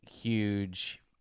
huge